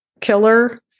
killer